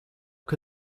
can